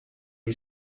you